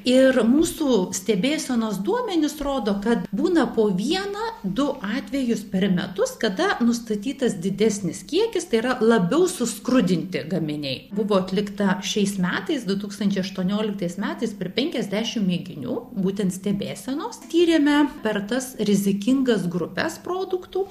ir mūsų stebėsenos duomenys rodo kad būna po vieną du atvejus per metus kada nustatytas didesnis kiekis tai yra labiau suskrudinti gaminiai buvo atlikta šiais metais du tūkstančiai aštuonioliktais metais per penkiasdešim mėginių būtent stebėsenos tyrėme per tas rizikingas grupes produktų